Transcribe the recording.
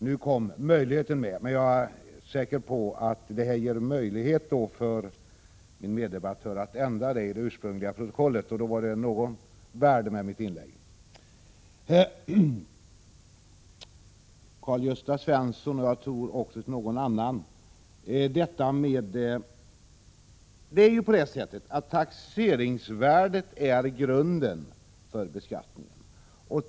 Nu kom ordet ”möjlighet” till, men jag är säker på att det ges möjlighet för min meddebattör att ändra det ursprungliga uttalandet i protokollet, och då hade mitt inlägg kanske något värde. Karl-Gösta Svenson och ytterligare någon annan tog upp frågan om taxeringsvärdet. Det är nu så att taxeringsvärdet utgör grunden för beskattningen.